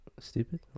stupid